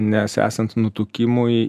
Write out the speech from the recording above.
nes esant nutukimui